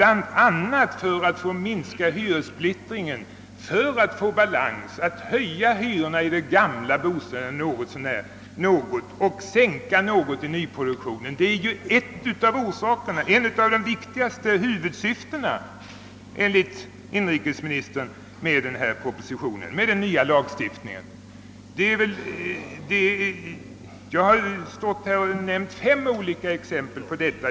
Att minska hyressplittringen och åstadkomma balans genom att höja hyrorna i de gamla bostäderna något och sänka hyrorna något i nyproduktionen är ju en av de viktigaste huvudsyftena, enligt inrikesministern, med den nya lagstiftningen. Jag har nämnt fem olika exempel på detta.